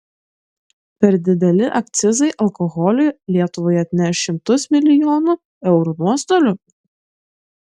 per dideli akcizai alkoholiui lietuvai atneš šimtus milijonų eurų nuostolių